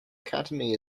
academy